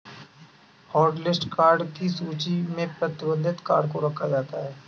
hotlist card की सूची में प्रतिबंधित कार्ड को रखा जाता है